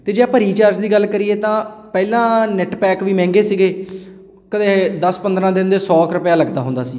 ਅਤੇ ਜੇ ਆਪਾਂ ਰੀਚਾਰਜ ਦੀ ਗੱਲ ਕਰੀਏ ਤਾਂ ਪਹਿਲਾਂ ਨੈੱਟ ਪੈਕ ਵੀ ਮਹਿੰਗੇ ਸੀਗੇ ਕਦੇ ਦਸ ਪੰਦਰਾਂ ਦਿਨ ਦੇ ਸੌ ਕੁ ਰੁਪਿਆ ਲੱਗਦਾ ਹੁੰਦਾ ਸੀ